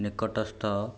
ନିକଟସ୍ଥ